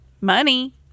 money